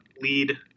lead